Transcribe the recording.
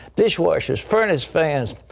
dishwashers, furnace fans,